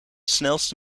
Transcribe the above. snelste